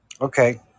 Okay